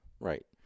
Right